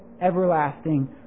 everlasting